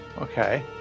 okay